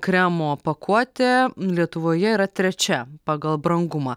kremo pakuotė lietuvoje yra trečia pagal brangumą